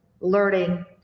learning